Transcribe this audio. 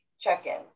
check-in